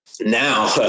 now